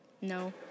No